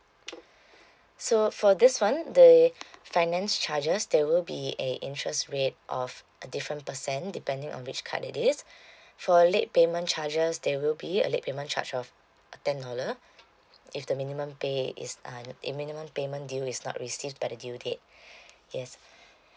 so for this [one] the finance charges there will be a interest rate of a different percent depending on which card it is for late payment charges there will be a late payment charge of a ten dollar if the minimum pay is um minimum payment due is not received by the due date yes